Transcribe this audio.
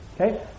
okay